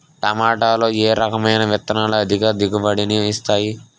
టమాటాలో ఏ రకమైన విత్తనాలు అధిక దిగుబడిని ఇస్తాయి